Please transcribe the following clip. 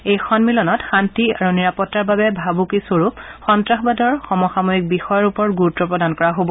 এই সম্মিলনত শান্তি আৰু নিৰাপত্তাৰ বাবে ভাবুকি স্বৰূপ সন্তাসবাদৰ সমসাময়িক বিষয়ৰ ওপৰত গুৰুত্ প্ৰদান কৰা হ'ব